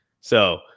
So-